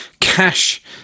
cash